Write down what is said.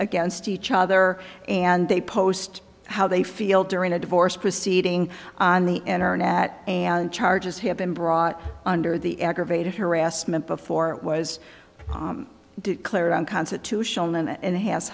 against each other and they post how they feel during a divorce proceeding on the internet and charges have been brought under the aggravated harassment before it was declared unconstitutional known and has